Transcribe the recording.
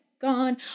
gone